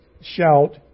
shout